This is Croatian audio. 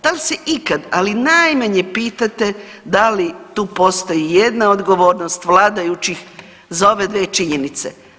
Da li se ikada, ali i najmanje pitate da li tu postoji i jedna odgovornost vladajućih za ove dvije činjenice.